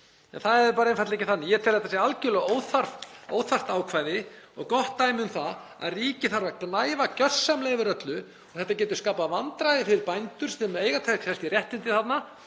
það er einfaldlega ekki þannig. Ég tel að þetta sé algjörlega óþarft ákvæði og gott dæmi um það þegar ríkið þarf að gnæfa gjörsamlega yfir öllu og þetta getur skapað vandræði fyrir bændur sem eiga kannski réttindi þarna